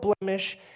blemish